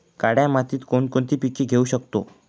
काळ्या मातीत कोणकोणती पिके घेऊ शकतो?